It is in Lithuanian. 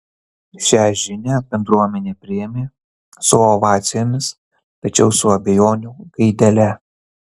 šia žinią bendruomenė priėmė su ovacijomis tačiau su abejonių gaidele